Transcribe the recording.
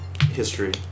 history